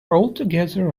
altogether